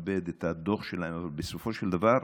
ואת הדוח שלהם, אבל בסופו של דבר,